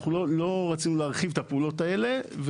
אנחנו לא רצינו להרחיב את הפעולות האלה,